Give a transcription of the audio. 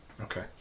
Okay